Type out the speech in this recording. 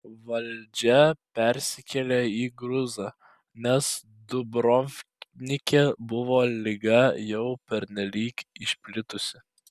valdžia persikėlė į gruzą nes dubrovnike buvo liga jau pernelyg išplitusi